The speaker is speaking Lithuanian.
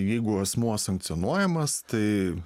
jeigu asmuo sankcionuojamas tai